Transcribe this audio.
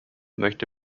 möchte